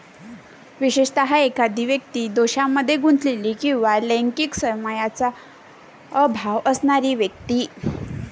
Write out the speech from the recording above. विशेषतः, एखादी व्यक्ती दोषांमध्ये गुंतलेली किंवा लैंगिक संयमाचा अभाव असणारी व्यक्ती